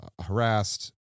harassed